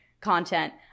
content